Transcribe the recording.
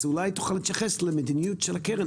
אולי תוכל להתייחס למדיניות של הקרן,